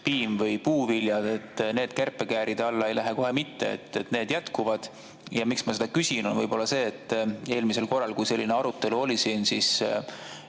piim või puuviljad, kärpekääride alla ei lähe kohe mitte, need jätkuvad? Miks ma seda küsin, on võib-olla see, et eelmisel korral, kui selline arutelu oli siin, siis